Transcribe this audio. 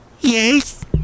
Yes